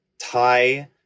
Thai